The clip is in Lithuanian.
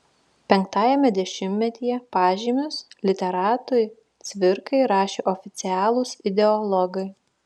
penktajame dešimtmetyje pažymius literatui cvirkai rašė oficialūs ideologai